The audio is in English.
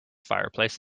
fireplace